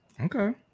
Okay